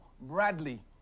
Bradley